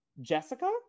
Jessica